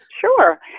Sure